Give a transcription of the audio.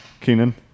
Keenan